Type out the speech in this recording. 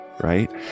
Right